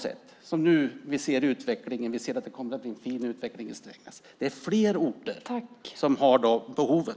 Vi ser nu att det kommer att det bli en fin utveckling i Strängnäs. Det är fler orter som har de behoven.